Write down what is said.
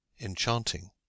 enchanting